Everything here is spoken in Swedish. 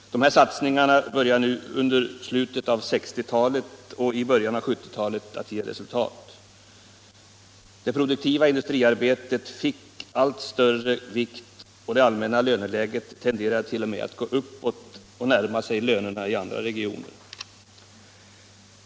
De här satsningarna började under slutet av 1960-talet och början av 1970-talet att ge resultat. Det produktiva industriarbetet fick allt större vikt och det allmänna löneläget tenderade t.o.m. att gå uppåt och närma sig löneläget i andra regioner.